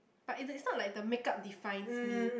but it's it's not like the make-up defines me